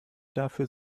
dafür